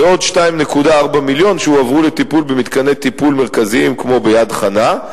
ועוד 2.4 מיליון הועברו לטיפול במתקני טיפול מרכזיים כמו ביד-חנה.